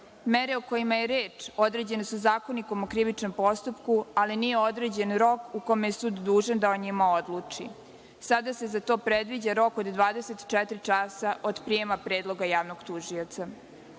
o kojima je reč određene su Zakonikom o krivičnom postupku, ali nije određen rok u kome je sud dužan da o njima odluči. Sada se za to predviđa rok od 24 časa od prijema predloga javnog tužioca.O